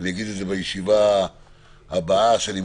אני אגיד את זה בישיבה הבאה,